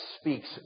speaks